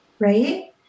Right